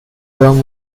term